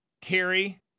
Carrie